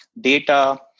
data